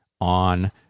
on